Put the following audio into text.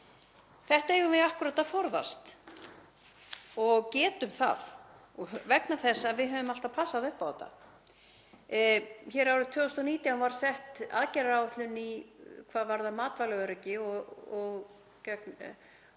Þetta eigum við akkúrat að forðast og getum það vegna þess að við höfum alltaf passað upp á þetta. Árið 2019 var sett aðgerðaáætlun hvað varðar matvælaöryggi og